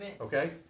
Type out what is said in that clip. Okay